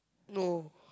no